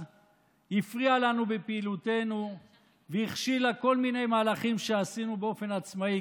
הפריעה לנו בפעילותנו והכשילה כל מיני מהלכים שעשינו באופן עצמאי,